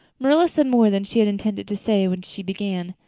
marilla said more than she had intended to say when she began,